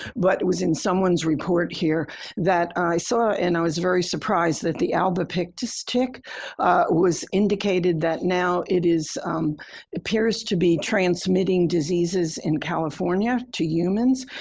but it was in someone's report here that i saw. and i was very surprised that the albopictus tick was indicated that now it is it appears to be transmitting diseases in california to humans.